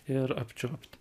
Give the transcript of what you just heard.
ir apčiuopt